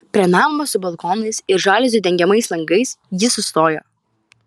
prie namo su balkonais ir žaliuzių dengiamais langais jis sustojo